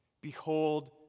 Behold